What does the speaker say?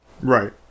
Right